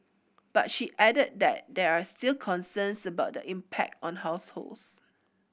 but she added that there are still concerns about the impact on households